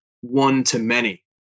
one-to-many